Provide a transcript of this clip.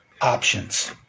options